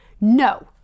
No